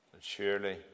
surely